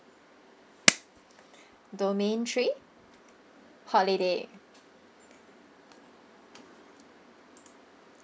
domain three holiday